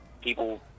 People